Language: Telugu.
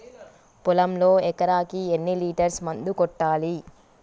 పొలంలో ఎకరాకి ఎన్ని లీటర్స్ మందు కొట్టాలి?